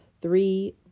three